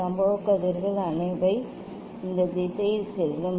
சம்பவ கதிர்கள் அவை இந்த திசையில் செல்லும்